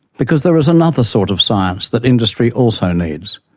because there is another sort of science that industry also needs,